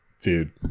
Dude